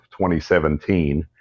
2017